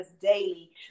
daily